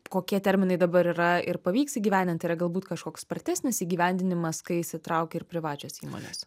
kokie terminai dabar yra ir pavyks įgyvendinti yra galbūt kažkoks spartesnis įgyvendinimas kai įsitraukia ir privačios įmonės